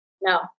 No